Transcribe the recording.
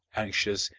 anxious,